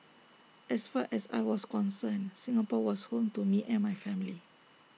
as far as I was concerned Singapore was home to me and my family